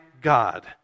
God